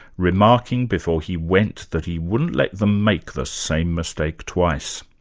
remarking before he went that he wouldn't let them make the same mistake twice.